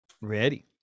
ready